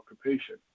occupation